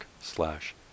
slash